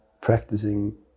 practicing